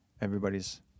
everybody's